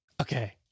Okay